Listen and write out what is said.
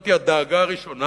זוהי הדאגה הראשונה,